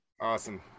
Awesome